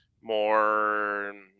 more